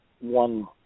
one